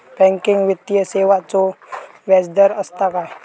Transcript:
Banking वित्तीय सेवाचो व्याजदर असता काय?